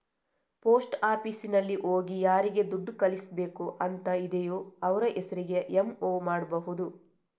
post ಆಫೀಸಿನಲ್ಲಿ ಹೋಗಿ ಯಾರಿಗೆ ದುಡ್ಡು ಕಳಿಸ್ಬೇಕು ಅಂತ ಇದೆಯೋ ಅವ್ರ ಹೆಸರಿಗೆ ಎಂ.ಒ ಮಾಡ್ಬಹುದು